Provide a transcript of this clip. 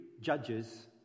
judges